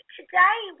today